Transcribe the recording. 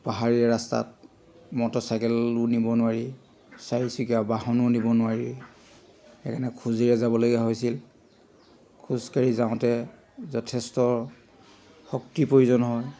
পাহাৰীয়া ৰাস্তাত মটৰচাইকেলো নিব নোৱাৰি চাৰিচকীয়া বাহনো নিব নোৱাৰি সেইকাৰণে খোজেৰে যাবলগীয়া হৈছিল খোজকাঢ়ি যাওঁতে যথেষ্ট শক্তিৰ প্ৰয়োজন হয়